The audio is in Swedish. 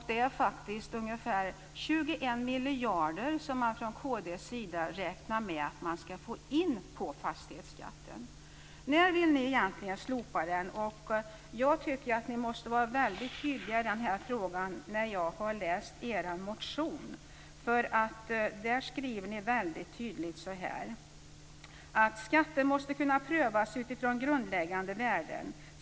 Det är ungefär 21 miljarder som kd räknar med att få in på fastighetsskatten. När vill ni egentligen slopa den? Ni måste vara tydliga i den frågan. I er motion skriver ni följande: "Skatter måste kunna prövas utifrån grundläggande värden.